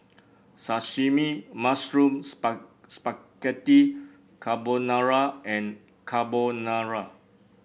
Sashimi Mushroom Spaghetti Carbonara and Carbonara